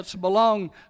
belong